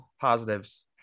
positives